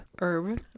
herb